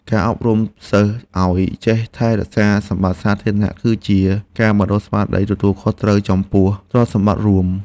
ការអប់រំសិស្សឱ្យចេះថែរក្សាសម្បត្តិសាធារណៈ គឺជាការបណ្តុះស្មារតីទទួលខុសត្រូវខ្ពស់ចំពោះទ្រព្យសម្បត្តិរួម។